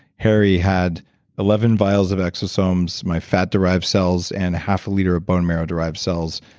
harry had eleven viles of exosomes, my fat derived cells, and half a liter of bone marrow derived cells,